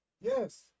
Yes